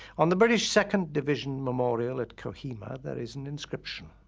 on the british second division memorial at kohima, there is an inscription.